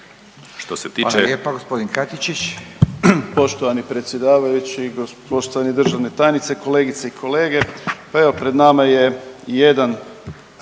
što se tiče